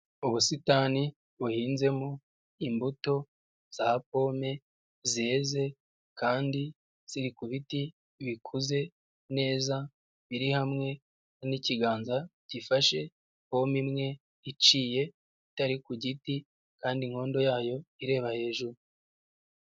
Ubusitani buhinzemo imbuto za pome zeze kandi ziri ku biti bikuze neza biri hamwe n'ikiganza gifashe pome imwe iciye itari ku giti kandi inkondo yayo ireba hejuru.